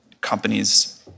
companies